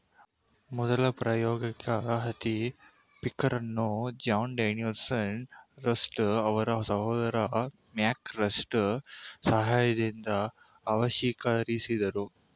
ಮೊದಲ ಪ್ರಾಯೋಗಿಕ ಹತ್ತಿ ಪಿಕ್ಕರನ್ನು ಜಾನ್ ಡೇನಿಯಲ್ ರಸ್ಟ್ ಅವರ ಸಹೋದರ ಮ್ಯಾಕ್ ರಸ್ಟ್ ಸಹಾಯದಿಂದ ಆವಿಷ್ಕರಿಸಿದ್ರು